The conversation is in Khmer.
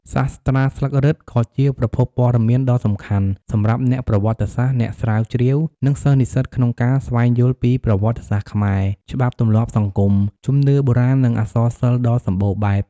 សាស្រ្តាស្លឹករឹតក៏ជាប្រភពព័ត៌មានដ៏សំខាន់សម្រាប់អ្នកប្រវត្តិសាស្ត្រ អ្នកស្រាវជ្រាវ និងសិស្សនិស្សិតក្នុងការស្វែងយល់ពីប្រវត្តិសាស្ត្រខ្មែរ ច្បាប់ទម្លាប់សង្គម ជំនឿបុរាណ និងអក្សរសិល្ប៍ដ៏សម្បូរបែប។